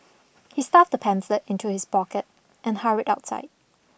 he stuffed the pamphlet into his pocket and hurried outside